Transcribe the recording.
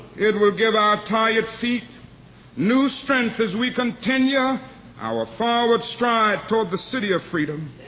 it will give our tired feet new strength as we continue our forward stride toward the city of freedom.